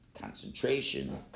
concentration